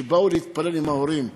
שבאו להתפלל עם ההורים,